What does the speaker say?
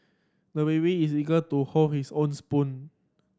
the baby is eager to hold his own spoon